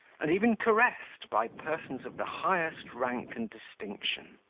and even caressed by persons of the highest rank and distinction.